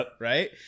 right